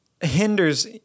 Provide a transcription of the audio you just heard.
hinders